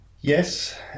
Yes